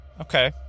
Okay